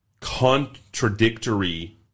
contradictory